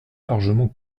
largement